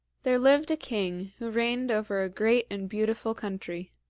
there lived a king who reigned over a great and beautiful country.